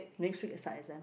next week they start exam